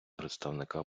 представника